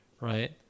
right